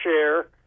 share